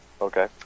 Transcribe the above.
okay